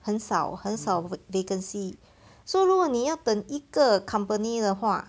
很少很少 vacancy so 如果你要等一个 company 的话